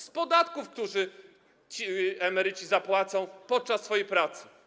Z podatków, które ci emeryci zapłacą podczas swojej pracy.